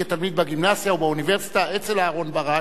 כתלמיד בגימנסיה ובאוניברסיטה אצל אהרן ברק,